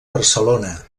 barcelona